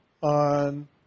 on